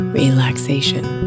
relaxation